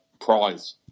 prize